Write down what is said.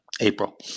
April